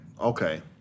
okay